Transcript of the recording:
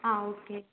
ஆ okay